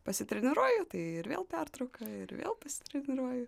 pasitreniruoju tai ir vėl pertrauka ir vėl pasitreniruoju